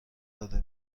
داده